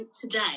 today